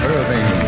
Irving